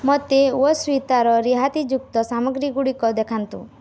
ମୋତେ ୟୋସ୍ଵିତାର ରିହାତିଯୁକ୍ତ ସାମଗ୍ରୀଗୁଡ଼ିକ ଦେଖାନ୍ତୁ